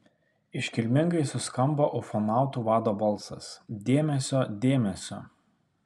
iškilmingai suskambo ufonautų vado balsas dėmesio dėmesio